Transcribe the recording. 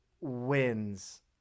wins